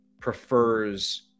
prefers